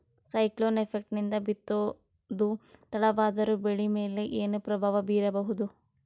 Cyclone effect ನಿಂದ ಬಿತ್ತೋದು ತಡವಾದರೂ ಬೆಳಿ ಮೇಲೆ ಏನು ಪ್ರಭಾವ ಬೀರಬಹುದು?